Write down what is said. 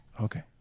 Okay